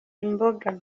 imboga